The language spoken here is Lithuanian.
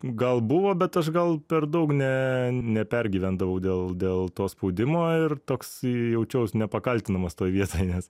gal buvo bet aš gal per daug ne nepergyvendavau dėl dėl to spaudimo ir toks jaučiaus nepakaltinamas toj vietoj nes